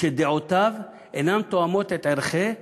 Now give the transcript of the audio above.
שדעותיו אינן תואמות את ערכי האוניברסיטה.